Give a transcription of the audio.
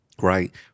right